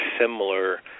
similar